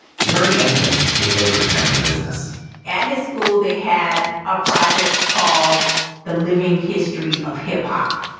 he's already angling to take over the family business at his school, they had a project called the living history of hip hop.